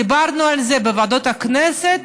דיברנו על זה בוועדות הכנסת,